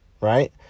Right